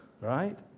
right